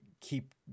keep